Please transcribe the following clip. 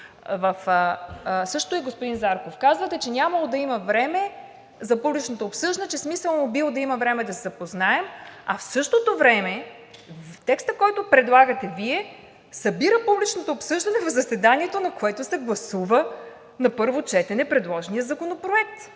Също, господин Зарков, казвате, че нямало да има време за публично обсъждане, че смисълът му бил да има време да се запознаем, а в същото време текстът, който предлагате Вие, събира публичното обсъждане в заседанието, на което се гласува на първо четене предложеният законопроект.